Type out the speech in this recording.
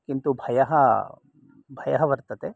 किन्तु भयं भयं वर्तते